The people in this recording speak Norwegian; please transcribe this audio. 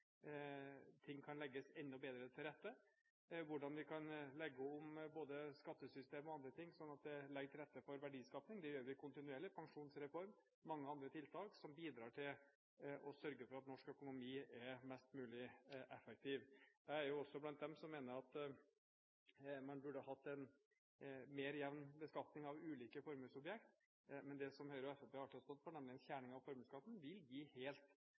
vi kan legge om både skattesystem og andre ting for å legge til rette for verdiskaping. Det gjør vi kontinuerlig – med pensjonsreform og mange andre tiltak som bidrar til å sørge for at norsk økonomi er mest mulig effektiv. Jeg er også blant dem som mener at man burde hatt en jevnere beskatning av ulike formuesobjekter, men det som Høyre og Fremskrittspartiet alltid har stått for, nemlig en fjerning av formuesskatten, vil gi helt